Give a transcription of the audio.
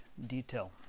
detail